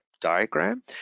diagram